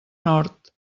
nord